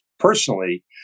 Personally